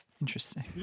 Interesting